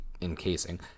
encasing